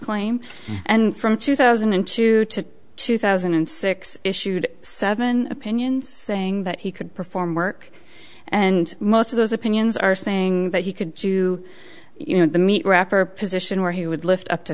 claim and from two thousand and two to two thousand and six issued seven opinions saying that he could perform work and most of those opinions are saying that he could do you know the meat wrapper position where he would lift up to